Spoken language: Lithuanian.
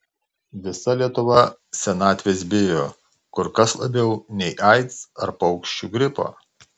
visa lietuva senatvės bijo kur kas labiau nei aids ar paukščių gripo